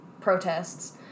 protests